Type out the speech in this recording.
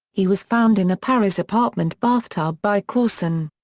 he was found in a paris apartment bathtub by courson.